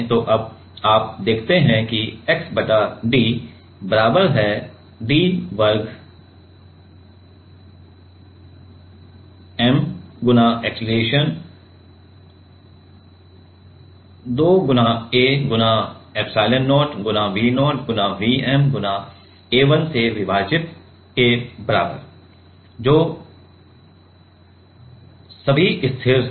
तो अब आप देखते हैं कि x बटा d बराबर d वर्ग m गुना अक्सेलरेशन 2 गुना A गुणा एप्सिलोन0 गुणा V0 गुणा Vm गुणा A1 से विभाजित के बराबर है जो इस सभी स्थिर है